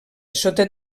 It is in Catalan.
sota